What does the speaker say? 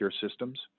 systems